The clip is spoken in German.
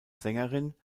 sängerin